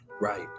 Right